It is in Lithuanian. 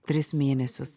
tris mėnesius